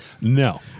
No